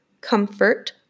comfort